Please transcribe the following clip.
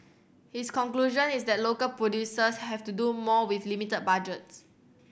his conclusion is that local producers have to do more with limited budgets